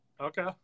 Okay